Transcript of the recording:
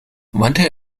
wandte